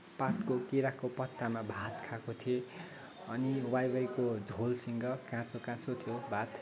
पातको केराको पत्तामा भात खाएको थिएँ अनि वाई वाईको झोलसँग काँचो काँचो थियो भात